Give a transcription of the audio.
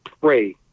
pray